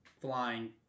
flying